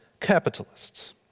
capitalists